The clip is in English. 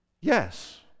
Yes